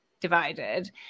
divided